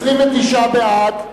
29 בעד,